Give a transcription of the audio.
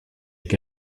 che